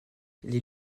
les